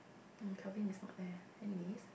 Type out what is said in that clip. Kelvin is not there anyway